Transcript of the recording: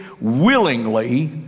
willingly